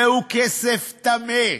זהו כסף טמא,